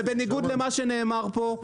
ובניגוד למה שנאמר פה,